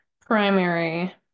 primary